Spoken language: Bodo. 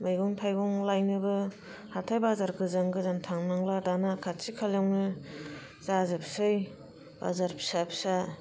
मैगं थाइगं लायनोबो हाथाय बाजार गोजान गोजान थांनांला दाना खाथि खालायावनो जाजोबसै बाजार फिसा फिसा